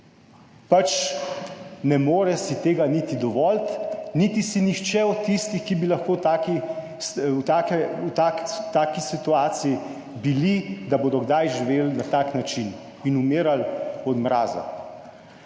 pač ne more si tega niti dovoliti niti si nihče od tistih, ki bi bili lahko v taki situaciji, da bodo kdaj živeli na tak način in umirali od mraza.